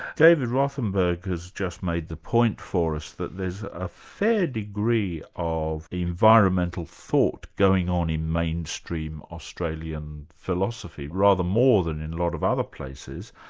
david rothenberg who's just made the point for us that there's a fair degree of environmental thought going on in mainstream australian philosophy, rather more than in a lot of other places,